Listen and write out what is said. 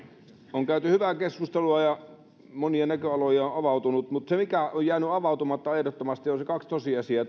on käyty hyvää keskustelua ja monia näköaloja on avautunut mutta ehdottomasti on jäänyt avautumatta kaksi tosiasiaa